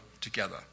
together